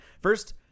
First